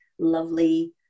lovely